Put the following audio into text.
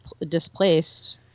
displaced